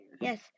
Yes